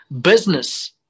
business